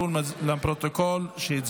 אין נמנעים.